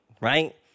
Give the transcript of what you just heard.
right